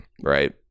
Right